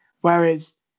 Whereas